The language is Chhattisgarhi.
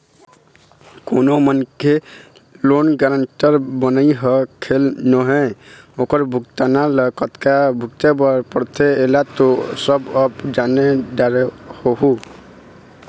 कोनो मनखे के लोन गारेंटर बनई ह खेल नोहय ओखर भुगतना ल कतका भुगते बर परथे ऐला तो सब अब जाने डरे होहूँ